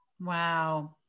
wow